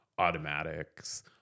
automatics